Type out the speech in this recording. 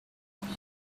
house